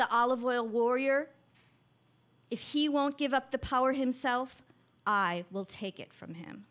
the olive oil warrior if he won't give up the power himself i will take it from him